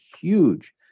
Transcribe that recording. huge